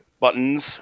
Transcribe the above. buttons